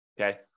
okay